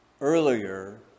Earlier